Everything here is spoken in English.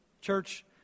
Church